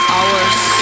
Hours